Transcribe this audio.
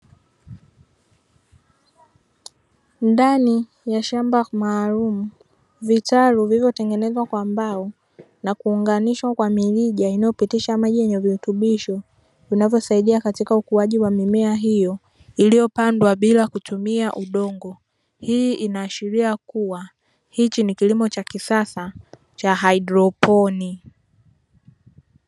Ndani ya shamba maalumu, vitalu vilivyo tengenezwa kwa mbao na kuunganishwa kwa mirija inayopitisha maji yenye virutubisho vinavyosaidia katika ukuaji wa mimea hiyo iliyopandwa bila kutumia udongo. Hii inaashiria kuwa hichi ni kilimo cha kisasa cha hidroponi.